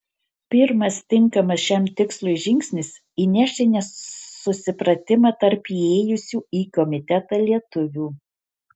pirmas tinkamas šiam tikslui žingsnis įnešti nesusipratimą tarp įėjusių į komitetą lietuvių